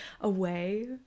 away